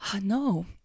No